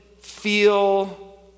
feel